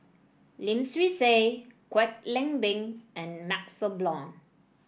Lim Swee Say Kwek Leng Beng and MaxLe Blond